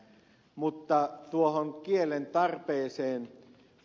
mutta tuohon kielentarpeeseen